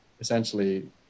essentially